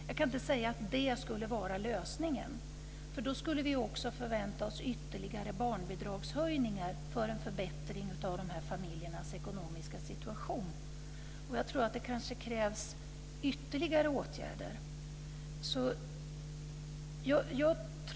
Jag kan inte säga att det skulle vara lösningen, för då skulle vi också förvänta oss ytterligare barnbidragshöjningar för att förbättra dessa familjers ekonomiska situation. Jag tror att det kanske krävs ytterligare åtgärder.